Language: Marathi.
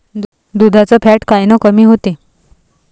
दुधाचं फॅट कायनं कमी होते?